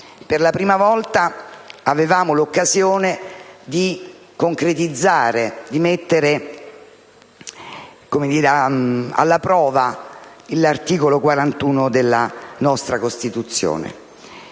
Per la prima volta avevamo l'occasione di concretizzare e mettere alla prova l'articolo 41 della nostra Costituzione.